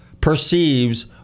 perceives